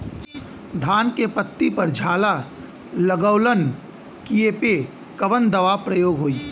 धान के पत्ती पर झाला लगववलन कियेपे कवन दवा प्रयोग होई?